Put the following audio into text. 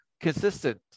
consistent